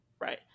right